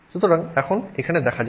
সুতরাং এখন এখানে দেখা যাক